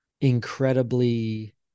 incredibly